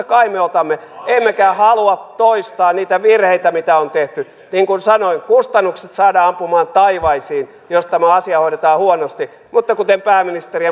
kai me otamme oppia emmekä halua toistaa niitä virheitä mitä on tehty niin kuin sanoin kustannukset saadaan ampumaan taivaisiin jos tämä asia hoidetaan huonosti mutta kuten pääministeri